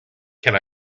can